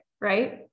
Right